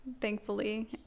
thankfully